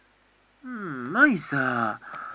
um my is a